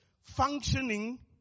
Functioning